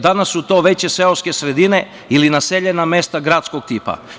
Danas su to veće seoske sredine ili naseljene mesta gradskog tipa.